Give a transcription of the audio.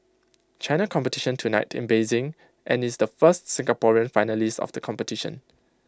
China competition tonight in Beijing and is the first Singaporean finalist of the competition